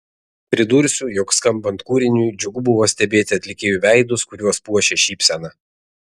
pridursiu jog skambant kūriniui džiugu buvo stebėti atlikėjų veidus kuriuos puošė šypsena